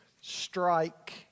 strike